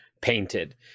painted